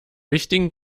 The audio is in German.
wichtigen